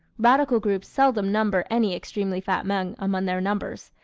radical groups seldom number any extremely fat men among their members,